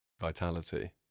vitality